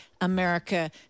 America